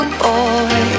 boy